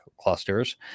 clusters